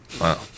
Wow